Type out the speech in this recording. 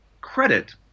credit